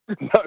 No